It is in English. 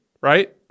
right